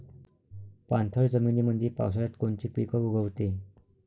पाणथळ जमीनीमंदी पावसाळ्यात कोनचे पिक उगवते?